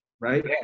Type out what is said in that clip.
Right